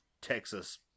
Texas